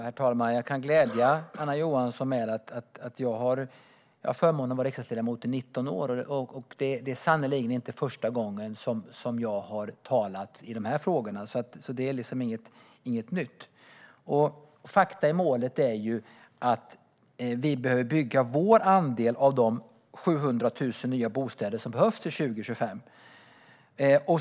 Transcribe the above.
Herr talman! Jag kan glädja Anna Johansson med att jag har haft förmånen att vara riksdagsledamot i 19 år. Detta är sannerligen inte första gången som jag har talat i de här frågorna. Det är alltså inget nytt. Fakta i målet är att vi behöver bygga vår andel av de 700 000 nya bostäder som behövs till 2025.